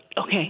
okay